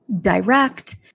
direct